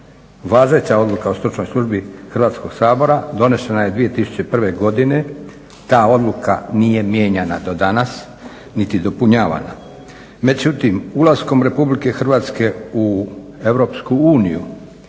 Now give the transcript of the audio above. važeća odluka o stručnoj službi Hrvatskog sabora donešena je 2001. godine. Ta odluka nije mijenjana do danas, niti dopunjavanja. Međutim, ulaskom Republike Hrvatske u